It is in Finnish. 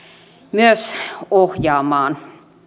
myös ohjaamaan